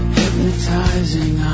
hypnotizing